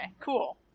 cool